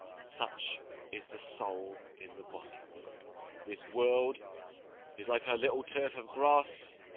such is the soul in the body this world is like her little turf of grass,